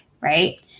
Right